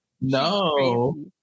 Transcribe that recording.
No